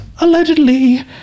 Allegedly